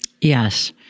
Yes